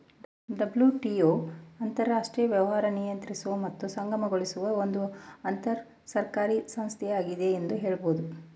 WTO ಅಂತರರಾಷ್ಟ್ರೀಯ ವ್ಯಾಪಾರ ನಿಯಂತ್ರಿಸುವ ಮತ್ತು ಸುಗಮಗೊಳಿಸುವ ಒಂದು ಅಂತರಸರ್ಕಾರಿ ಸಂಸ್ಥೆಯಾಗಿದೆ ಎಂದು ಹೇಳಬಹುದು